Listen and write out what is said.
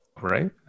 right